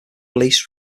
release